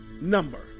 number